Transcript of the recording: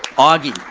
augie,